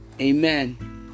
Amen